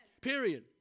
Period